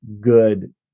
good